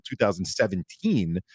2017